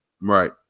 right